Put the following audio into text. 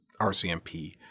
RCMP